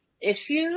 issues